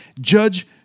Judge